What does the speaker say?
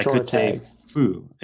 could say foo,